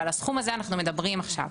ועל הסכום הזה אנחנו מדברים עכשיו.